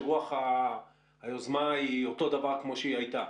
שרוח היוזמה היא אותו דבר כמו שהיא הייתה